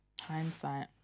hindsight